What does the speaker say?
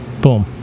Boom